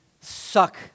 suck